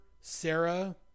Sarah